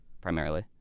primarily